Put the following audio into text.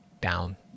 down